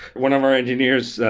one of our engineers,